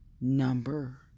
number